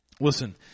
Listen